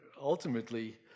ultimately